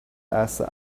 asked